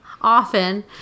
often